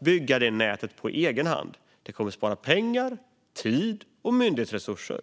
bygga nätet på egen hand. Det kommer att spara pengar, tid och myndighetsresurser.